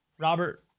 Robert